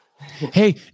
Hey